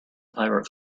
pirate